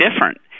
different